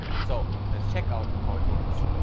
so let's check out how it works.